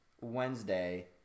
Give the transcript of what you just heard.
Wednesday